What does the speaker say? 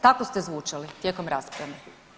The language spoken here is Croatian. Tako ste zvučali tijekom rasprave.